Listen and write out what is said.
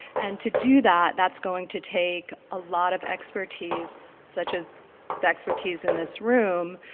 and to do that, that's going to take a lot of expertise such as the expertise in this room.